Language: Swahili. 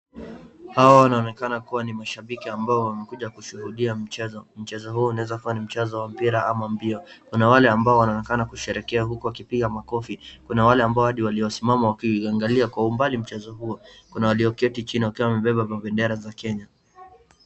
Hawa wanaonekana kuwa ni mashambiki ambao wamekuja kushuhudia mchezo. Mchezo huu unaeza kuwa ni mchezo wa mpira ama mbio. Kuna wale ambao wanaonekana kusherehekea uku wakipiga makofi, kuna wale ambao hadi waliosimama wakiangalia kwa umbali mchezo huo, kuna walioketi chini wakiwa wamebeba mabendera za Kenya.